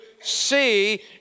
see